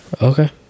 Okay